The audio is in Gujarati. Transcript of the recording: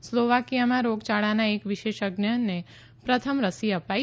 સ્લોવાકીયામાં રોગયાળાના એક વિશેષજ્ઞને પ્રથમ રસી અપાઇ